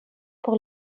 pour